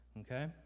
okay